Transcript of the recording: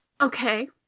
Okay